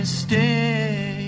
stay